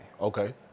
Okay